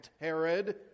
Herod